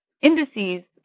indices